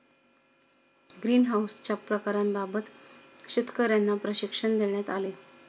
ग्रीनहाउसच्या प्रकारांबाबत शेतकर्यांना प्रशिक्षण देण्यात आले